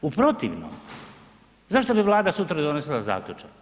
U protivnom zašto bi Vlada sutra donosila zaključak?